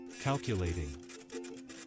Calculating